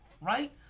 right